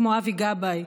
כמו אבי גבאי,